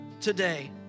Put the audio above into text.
today